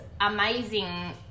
amazing